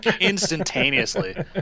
instantaneously